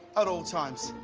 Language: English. at all times.